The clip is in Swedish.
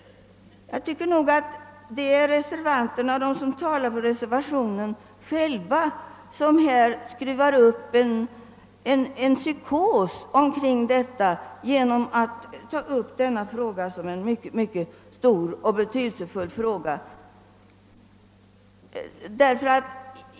Jag tycker nog att de som talar för reservationen driver upp en psykos genom att framställa denna fråga som stor och betydelsefull.